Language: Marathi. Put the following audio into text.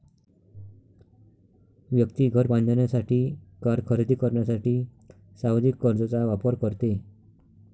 व्यक्ती घर बांधण्यासाठी, कार खरेदी करण्यासाठी सावधि कर्जचा वापर करते